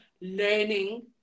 learning